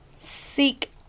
seek